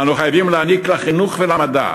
אנו חייבים להעניק לחינוך ולמדע